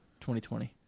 2020